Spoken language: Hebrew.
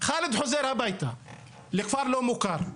חאלד חוזר הביתה לכפר לא מוכר,